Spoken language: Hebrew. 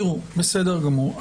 תראו, בסדר גמור.